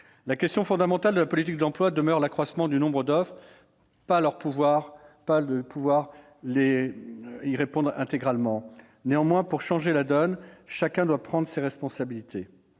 La question fondamentale de la politique de l'emploi demeure l'accroissement du nombre d'offres, pas leur pourvoi intégral ! Néanmoins, pour changer la donne, chacun doit prendre ses responsabilités